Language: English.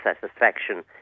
satisfaction